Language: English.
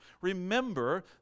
Remember